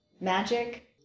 Magic